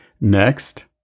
Next